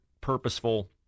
purposeful